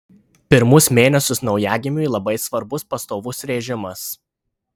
pirmus mėnesius naujagimiui labai svarbus pastovus režimas